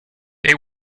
they